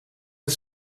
dit